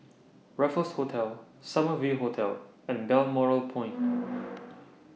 Raffles Hotel Summer View Hotel and Balmoral Point